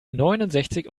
neunundsechzig